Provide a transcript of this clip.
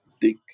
dick